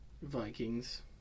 Vikings